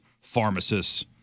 pharmacists